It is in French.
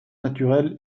naturel